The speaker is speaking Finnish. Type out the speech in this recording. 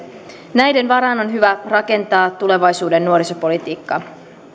näiden varaan on hyvä rakentaa tulevaisuuden nuorisopolitiikkaa